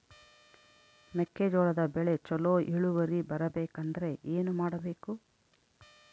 ಮೆಕ್ಕೆಜೋಳದ ಬೆಳೆ ಚೊಲೊ ಇಳುವರಿ ಬರಬೇಕಂದ್ರೆ ಏನು ಮಾಡಬೇಕು?